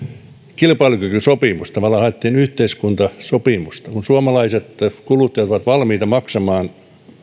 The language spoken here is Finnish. kilpailukykysopimus tavallaan haettiin yhteiskuntasopimusta kun suomalaiset kuluttajat ovat valmiita maksamaan